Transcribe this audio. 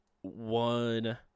one